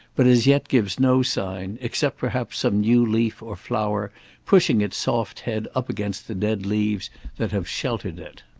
but as yet gives no sign, except perhaps some new leaf or flower pushing its soft head up against the dead leaves that have sheltered it.